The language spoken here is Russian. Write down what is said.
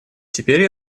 теперь